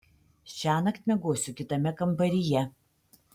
šiąnakt miegosiu kitame kambaryje